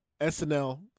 SNL